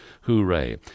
Hooray